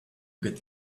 get